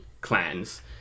clans